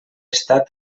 estat